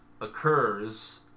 occurs